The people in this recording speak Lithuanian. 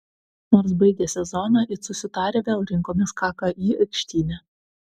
nors baigę sezoną it susitarę vėl rinkomės kki aikštyne